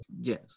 Yes